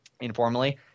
informally